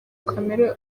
kamere